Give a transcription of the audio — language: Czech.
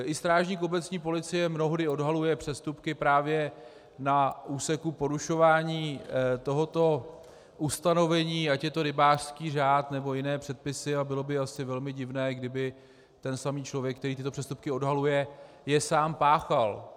I strážník obecní policie mnohdy odhaluje přestupky právě na úseku porušování tohoto ustanovení, ať je to rybářský řád, nebo jiné předpisy, a bylo by asi velmi divné, kdyby ten samý člověk, který tyto přestupky odhaluje, je sám páchal.